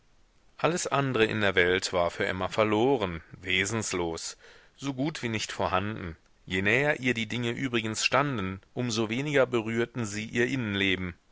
alles andre in der welt war für emma verloren wesenslos so gut wie nicht vorhanden je näher ihr die dinge übrigens standen um so weniger berührten sie ihr innenleben